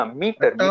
meter